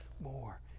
more